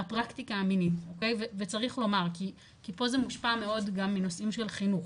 הפרקטיקה המינית וצריך לומר כי פה זה מושפע מאוד מנושאים של חינוך,